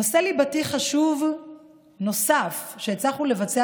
נושא ליבתי חשוב נוסף שהצלחנו לבצע